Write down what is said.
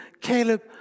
Caleb